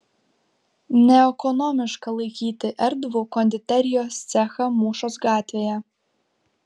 neekonomiška laikyti erdvų konditerijos cechą mūšos gatvėje